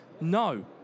no